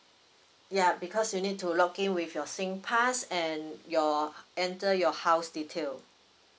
ya because you need to log in with your singpass and your enter your house detail